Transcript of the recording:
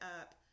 up